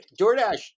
DoorDash